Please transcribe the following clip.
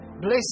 bless